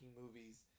movies